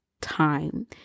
time